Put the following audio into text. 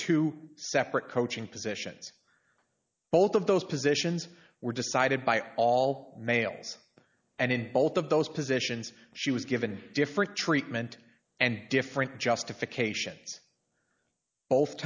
two separate coaching positions both of those positions were decided by all males and in both of those positions she was given different treatment and different justifications both